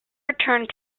returned